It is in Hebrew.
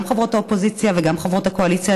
גם חברות האופוזיציה וגם חברות הקואליציה,